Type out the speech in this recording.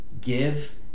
give